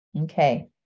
Okay